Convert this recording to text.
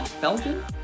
Belgium